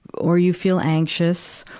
or you feel anxious.